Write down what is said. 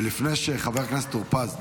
ולפני חבר הכנסת טור פז,